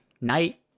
night